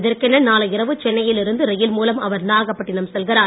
இதற்கென நாளை இரவு சென்னை யில் இருந்து ரயில் மூலம் அவர் நாகப்பட்டினம் செல்கிறார்